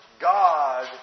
God